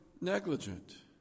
negligent